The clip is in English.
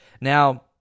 Now